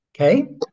okay